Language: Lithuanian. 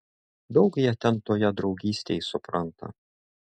daug jie ten toje draugystėj supranta